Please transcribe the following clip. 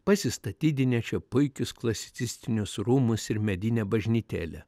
pasistatydinę čia puikius klasicistinius rūmus ir medinę bažnytėlę